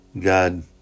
God